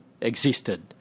existed